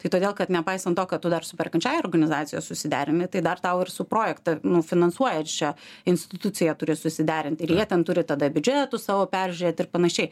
tai todėl kad nepaisant to kad tu dar su perkančiąja organizacija susiderini tai dar tau ir su projektą finansuojančia institucija turi susiderinti ir jie ten turi tada biudžetus savo peržiūrėt ir panašiai